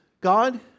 God